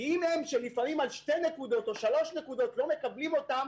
כי אם על שתיים או שלוש נקודות לא מקבלים אותם